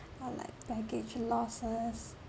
or like baggage losses